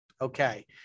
Okay